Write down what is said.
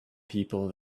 people